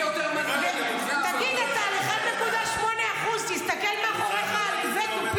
אתה על 1.8%. תסתכל מאחוריך על איווט,